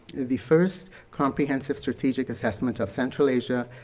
the first comprehensive strategic assessment of central asia,